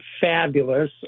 fabulous